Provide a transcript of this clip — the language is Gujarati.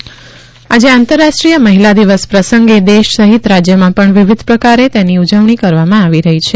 મહિલા દિન આજે આંતરરાષ્ટ્રીય મહિલા આ પ્રસંગે દેશ સહિત રાજ્યમાં પણ વિવિધ પ્રકારે તેની ઉજવણી કરવામાં આવી રહી છે